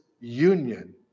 union